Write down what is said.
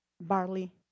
barley